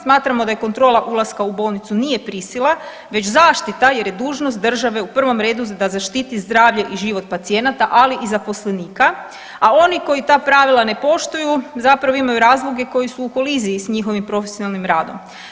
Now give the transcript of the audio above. Smatramo da kontrola ulaska u bolnicu nije prisila već zaštita jer je dužnost države u prvom redu da zaštiti zdravlje i život pacijenata, ali i zaposlenika, a oni koji ta pravila ne poštuju zapravo imaju razloge koji su u koliziji s njihovim profesionalnim radom.